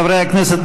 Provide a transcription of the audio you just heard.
חברי הכנסת,